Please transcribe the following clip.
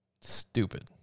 Stupid